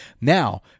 Now